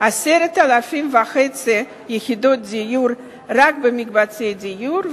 10,500 יחידות דיור רק במקבצי דיור,